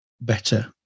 better